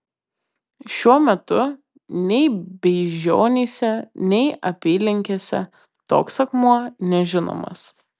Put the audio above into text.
šiuo metu nei beižionyse nei apylinkėse toks akmuo nežinomas